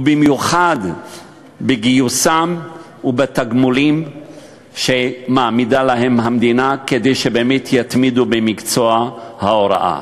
ובמיוחד בגיוסם ובתגמולים שהיא מעמידה להם כדי שיתמידו במקצוע ההוראה.